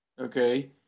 okay